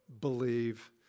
believe